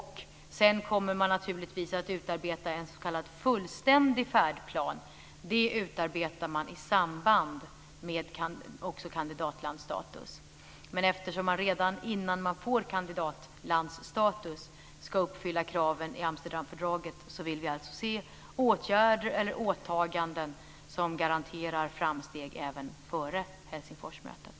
Sedan kommer man att utarbeta en s.k. fullständig färdplan. Det utarbetas i samband med att landet får kandidatlandsstatus. Men eftersom landet redan innan det får kandidatlandsstatus ska uppfylla kraven i Amsterdamfördraget vill vi se åtgärder eller åtaganden som garanterar framsteg även före Helsingforsmötet.